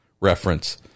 reference